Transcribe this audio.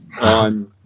on